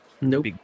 Nope